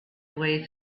way